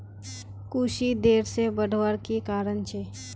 कुशी देर से बढ़वार की कारण छे?